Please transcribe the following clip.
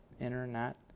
internet